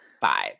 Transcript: Five